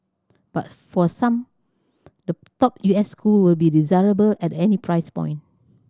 but for some the top U S school will be desirable at any price point